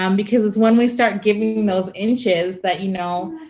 um because it's when we start giving those inches that, you know,